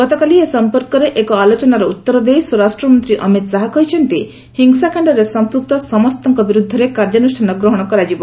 ଗତକାଲି ଏ ସମ୍ପର୍କରେ ଏକ ଆଲୋଚନାର ଉତ୍ତର ଦେଇ ସ୍ୱରାଷ୍ଟ୍ର ମନ୍ତ୍ରୀ ଅମିତ ଶାହା କହିଛନ୍ତି ହିଂସାକାଶ୍ଡରେ ସଂପୃକ୍ତ ସମସ୍ତଙ୍କ ବିରୁଦ୍ଧରେ କାର୍ଯ୍ୟାନୁଷ୍ଠାନ ଗ୍ରହଣ କରାଯିବ